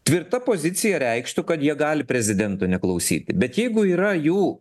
tvirta pozicija reikštų kad jie gali prezidento neklausyti bet jeigu yra jų